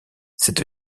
cette